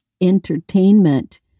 entertainment